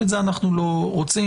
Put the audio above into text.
ואת זה אנחנו לא רוצים.